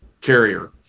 carrier